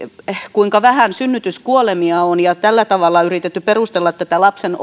kuinka vähän synnytyskuolemia on ja tällä tavalla yritetty perustella lapsen